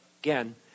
again